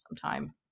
sometime